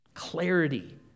Clarity